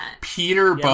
Peter